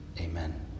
Amen